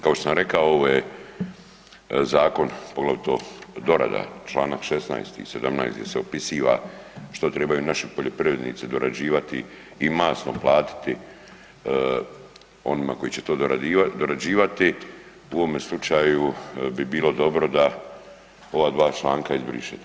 Kao što sam rekao, ovo je zakon poglavito dorada, čl. 16. i 17. gdje se opisiva što trebaju naši poljoprivrednici dorađivati i masno platiti onima koji će to dorađivati, u ovom slučaju bi bilo dobro da ova dva članka izbrišete.